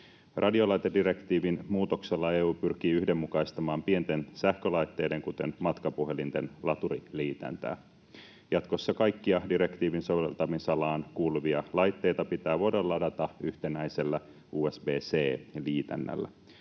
Radiolaitedirektiivin muutoksella EU pyrkii yhdenmukaistamaan pienten sähkölaitteiden, kuten matkapuhelinten, laturiliitäntää. Jatkossa kaikkia direktiivin soveltamisalaan kuuluvia laitteita pitää voida ladata yhtenäisellä USB-C-liitännällä.